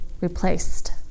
Replaced